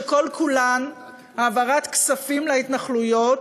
שכל כולן העברת כספים להתנחלויות.